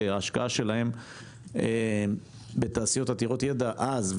כי ההשקעה שלהם בתעשיות עתירות יידע אז,